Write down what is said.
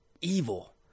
evil